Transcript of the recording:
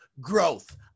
growth